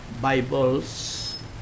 Bibles